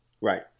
Right